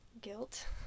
guilt